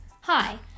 Hi